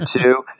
two